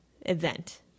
event